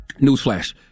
newsflash